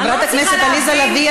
חברת הכנסת עליזה לביא,